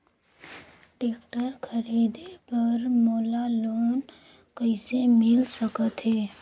Tractor खरीदे बर मोला लोन कइसे मिल सकथे?